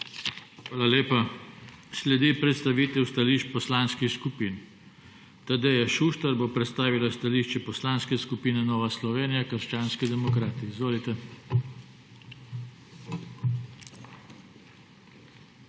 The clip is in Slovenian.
Hvala lepa. Sledi predstavitev stališč poslanskih skupin. Tadeja Šuštar bo predstavila stališče Poslanske skupine Nova Slovenija – krščanski demokrati. Izvolite.